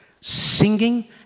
Singing